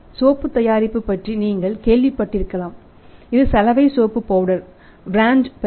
soap தயாரிப்பு பற்றி நீங்கள் கேள்விப்பட்டிருக்கலாம் இது சலவை சோப்பு பவுடர் பிராண்ட் பெயர்